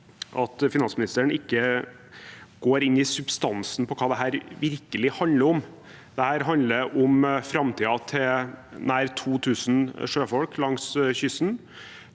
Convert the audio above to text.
at finansministeren ikke går inn i substansen av hva dette virkelig handler om. Dette handler om framtiden til nesten 2 000 sjøfolk langs kysten,